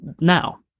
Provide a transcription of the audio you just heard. now